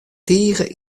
tige